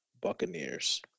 Buccaneers